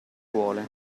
duole